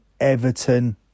Everton